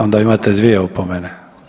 onda imate dvije opomene.